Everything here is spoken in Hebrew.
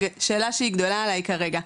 שאלה שהיא גדולה עלי כרגע.